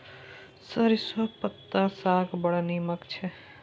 सरिसौंक पत्ताक साग बड़ नीमन छै